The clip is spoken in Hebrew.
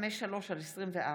פ/1053/24: